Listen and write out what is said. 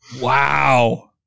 Wow